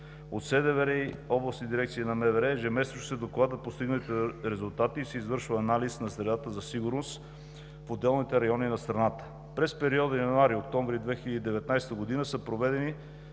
От СДВР и областните дирекции на МВР ежемесечно се докладват постигнатите резултати и се извършва анализ на средата за сигурност в отделните райони на страната. През периода януари-октомври 2019 г. са проведени